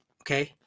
okay